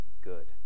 good